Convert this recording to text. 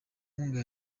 nkunga